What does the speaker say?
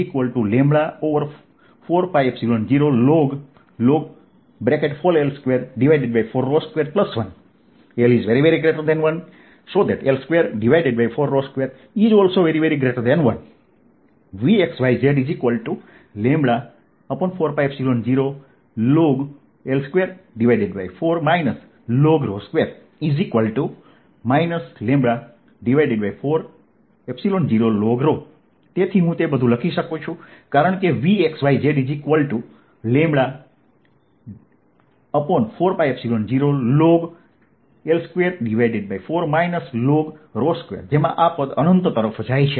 L≫1 ∴ L242≫1 તેથી હું તે બધું લખી શકું છું કારણ કે Vxyz4π0ln L24 ln2 જેમાં આ પદ અનંત તરફ જાય છે